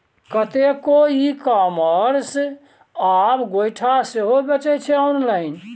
कतेको e commerce आब गोयठा सेहो बेचै छै आँनलाइन